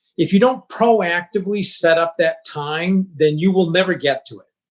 if you don't proactively set up that time then you will never get to it.